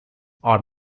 are